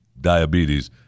Diabetes